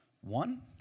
one